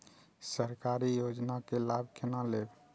सरकारी योजना के लाभ केना लेब?